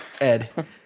Ed